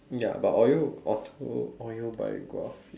ya but audio auto audio biography